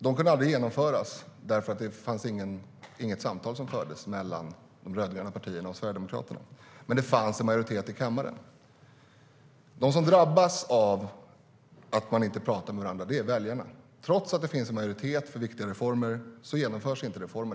De kunde aldrig genomföras, för det fördes inget samtal mellan de rödgröna partierna och Sverigedemokraterna, men det fanns en majoritet i kammaren.De som drabbas av att man inte pratar med varandra är väljarna. Trots att det finns majoritet för viktiga reformer genomförs de inte.